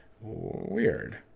Weird